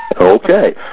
Okay